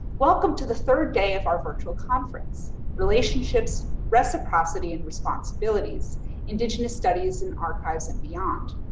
welcome to the third day of our virtual conference relationships, reciprocity, and responsibilities indigenous studies in archives and beyond.